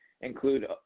include